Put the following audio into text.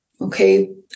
Okay